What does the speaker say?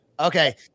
Okay